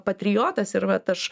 patriotas ir vat aš